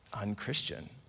unchristian